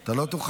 אתה לא תוכל,